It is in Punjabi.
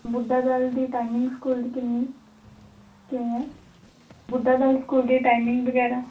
ਬੁੱਢਾ ਦਲ ਦੀ ਟਾਈਮਿੰਗ ਸਕੂਲ ਦੀ ਕਿੰਨੀ ਤੇ ਹੈ ਬੁੱਢਾ ਦਲ ਸਕੂਲ ਦੀ ਟਾਈਮਿੰਗ ਵਗੈਰਾ